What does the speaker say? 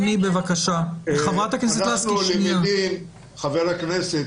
חבר הכנסת,